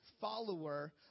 follower